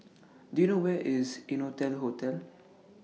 Do YOU know Where IS Innotel Hotel